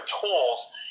tools